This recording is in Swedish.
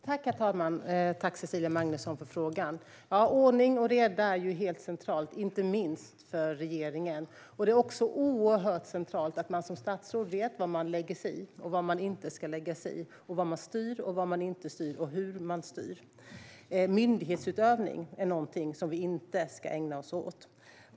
Herr talman! Jag tackar Cecilia Magnusson för frågan. Ordning och reda är helt centralt, inte minst för regeringen. Det är också oerhört centralt att man som statsråd vet vad man lägger sig i och vad man inte ska lägga sig i samt vad man styr, vad man inte styr och hur man styr. Myndighetsutövning är någonting som vi inte ska ägna oss åt.